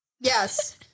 Yes